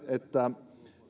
että